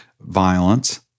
violence